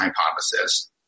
hypothesis